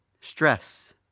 stress